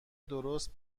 درست